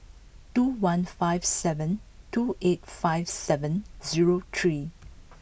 two one five seven two eight five seven zero three